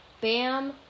Bam